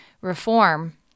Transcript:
reform